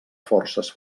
forces